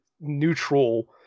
neutral